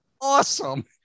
awesome